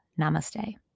Namaste